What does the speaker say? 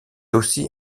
aussi